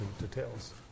details